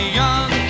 young